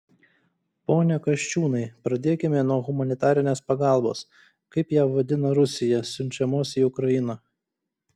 pone kasčiūnai pradėkime nuo humanitarinės pagalbos kaip ją vadina rusija siunčiamos į ukrainą